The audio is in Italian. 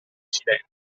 silenzio